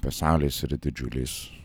pasaulis yra didžiulis